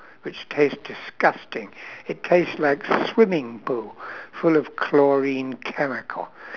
which taste disgusting it taste like swimming pool full of chlorine chemical